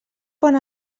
pon